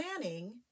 Planning